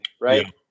right